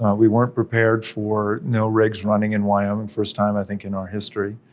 we weren't prepared for no rigs running in wyoming, first time, i think, in our history,